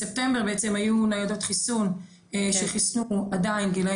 בספטמבר בעצם היו ניידות חיסון שחיסנו עדיין גילאי